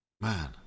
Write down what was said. man